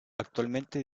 actualmente